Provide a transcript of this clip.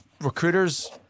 recruiters